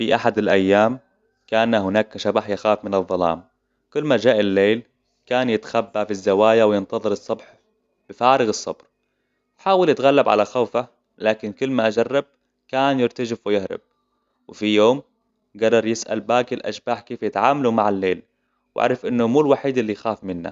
في أحد الأيام، كان هناك شباح يخاف من الظلام. كلما جاء الليل، كان يتخبى بالزوايا وينتظر الصبح، بفارغ الصبر. حاول يتغلب على خوفه، لكن كل ما أجرب، كان يرتجف ويهرب. وفي يوم، قرر يسأل باقي الأشباح كيف يتعاملوا مع الليل، وعارف إنه مو الوحيد اللي يخاف منه.